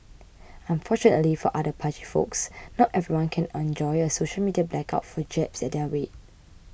unfortunately for other pudgy folks not everyone can enjoy a social media blackout for jabs at their weight